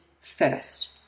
first